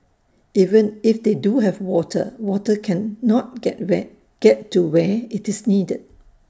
even if they do have water water cannot get where get to where IT is needed